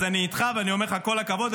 אז אני איתך, ואני אומר לך כל הכבוד.